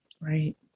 Right